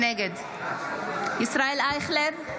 נגד ישראל אייכלר,